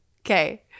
Okay